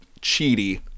cheaty